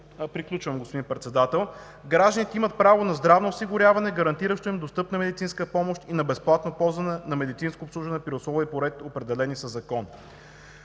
времето е изтекло): „Гражданите имат право на здравно осигуряване, гарантиращо им достъпна медицинска помощ, и на безплатно ползване на медицинско обслужване при условия и по ред, определени със закон.“?